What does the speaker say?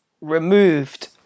removed